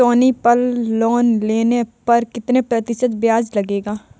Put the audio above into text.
सोनी पल लोन लेने पर कितने प्रतिशत ब्याज लगेगा?